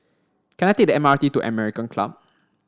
can I take the M R T to American Club